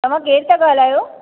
तव्हां केरु ता ॻाल्हायो